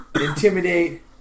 intimidate